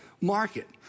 market